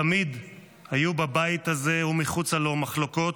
תמיד היו בבית הזה ומחוצה לו מחלוקות,